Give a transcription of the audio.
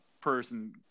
person